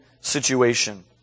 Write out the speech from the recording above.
situation